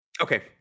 Okay